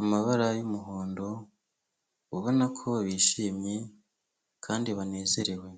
amabara y'umuhondo, ubona ko bishimye kandi banezerewe.